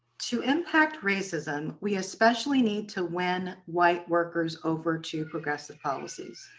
to impact racism, we especially need to win white workers over to progressive policies.